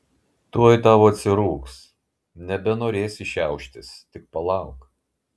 tuoj tau atsirūgs nebenorėsi šiauštis tik palauk